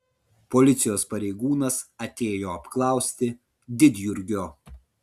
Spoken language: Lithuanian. policijos pareigūnas atėjo apklausti didjurgio